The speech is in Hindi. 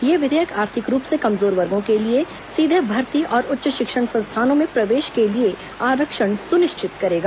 यह विधेयक आर्थिक रूप से कमजोर वर्गों के लिए सीधे भर्ती और उच्च शिक्षण संस्थानों में प्रवेश के लिए आरक्षण सुनिश्चित करेगा